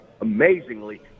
amazingly